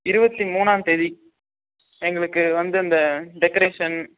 இருபத்தி மூணாந்தேதி எங்களுக்கு வந்து இந்த டெக்ரேஷன்